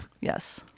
Yes